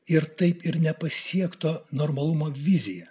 ir taip ir nepasiekto normalumo vizija